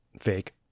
Fake